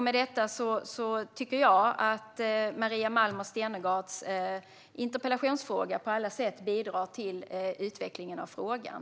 Med detta tycker jag att Maria Malmer Stenergards interpellation på alla sätt bidrar till utvecklingen av frågan.